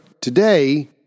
today